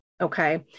okay